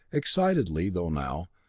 excitedly though now,